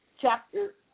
Chapter